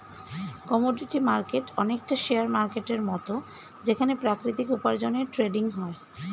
commodity market অনেকটা share মার্কেটের মত যেখানে প্রাকৃতিক উপার্জনের ট্রেডিং হয়